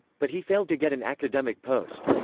but he failed to get an academic post.